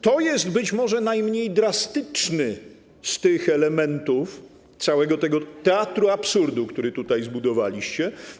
To jest być może najmniej drastyczny z tych elementów całego tego teatru absurdów, który tutaj zbudowaliście.